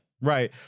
Right